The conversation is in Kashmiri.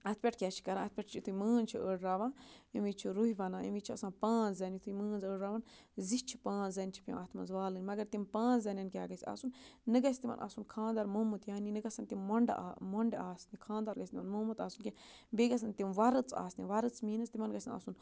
اَتھ پٮ۪ٹھ کیٛاہ چھِ کَران اَتھ پٮ۪ٹھ چھِ یُتھے مٲنٛز چھِ أڑراوان أمِس چھِ رُہہ وَنان أمِس چھِ آسان پانٛژھ زَنہِ یُتھُے مٲنٛز أڑراوَن زِ چھِ پانٛژھ زَنہِ پٮ۪وان اَتھ منٛز والٕنۍ مگر تِم پانٛژھ زَنٮ۪ن کیٛاہ گژھِ آسُن نہٕ گژھِ تِمَن آسُن خانٛدار مُمُت یعنی نہٕ گژھن تِم مۄنڈٕ مۄنڈٕ آسنہِ خاندار گژھِ نہٕ یِمَن مُمُت آسُن کینٛہہ بیٚیہِ گژھن تِم وَرٕژ آسنہِ وَرٕژ میٖنٕز تِمَن گژھِ نہٕ آسُن